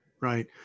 Right